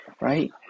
Right